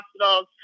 hospitals